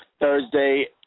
Thursday